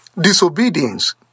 disobedience